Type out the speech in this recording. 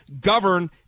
govern